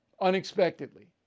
unexpectedly